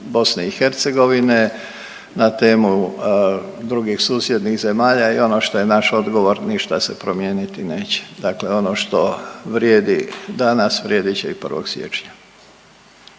na temu BiH, na temu drugih susjednih zemalja i ono što je naš odgovor ništa se promijeniti neće. Dakle, ono što vrijedi danas vrijedit će i 1. siječnja.